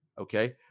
Okay